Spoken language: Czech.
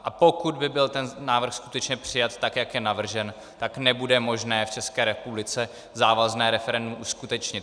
A pokud by byl ten návrh skutečně přijat tak, jak je navržen, tak nebude možné v České republice závazné referendum uskutečnit.